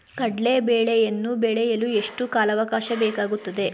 ಕಡ್ಲೆ ಬೇಳೆಯನ್ನು ಬೆಳೆಯಲು ಎಷ್ಟು ಕಾಲಾವಾಕಾಶ ಬೇಕಾಗುತ್ತದೆ?